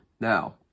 Now